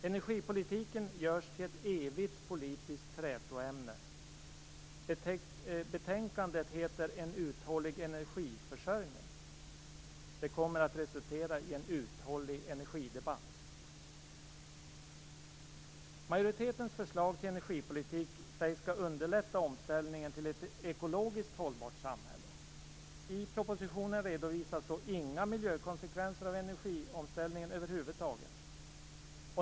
Energipolitiken görs till ett evigt politiskt trätoämne. Betänkandet heter En uthållig energiförsörjning. Det kommer att resultera i en uthållig energidebatt. Majoritetens förslag till energipolitik sägs underlätta omställningen till ett ekologiskt hållbart samhälle. I propositionen redovisas dock över huvud taget inga miljökonsekvensbeskrivningar av energiomställningen.